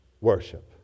worship